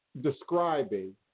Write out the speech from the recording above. describing